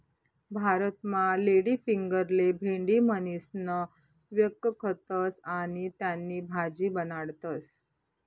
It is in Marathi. भारतमा लेडीफिंगरले भेंडी म्हणीसण व्यकखतस आणि त्यानी भाजी बनाडतस